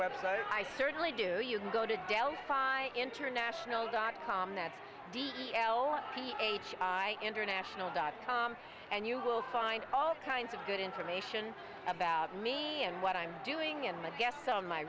website i certainly do you can go to delphi international dot com that's d e l p h international dot com and you will find all kinds of good information about me and what i'm doing in my